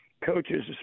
coaches